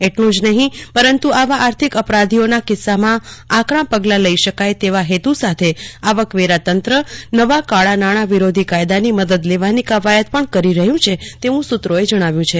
એટલુ જ નહિ પરંતુ આવા આર્થિક અપરાધીઓના કિસ્સામાં નાકરા પગલા લઇ શકાય તે હેતુથી આવકવેરા તંત્ર નવા કાળા નાણા વિરોધી કાયદાની મદદ લેવાની કવાયત પણ કરી રહ્યું છે તેવું સુત્રોએ જણાવ્યું છે